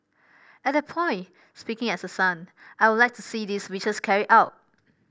at that point speaking as a son I would like to see these wishes carried out